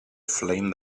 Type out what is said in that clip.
flame